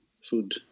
food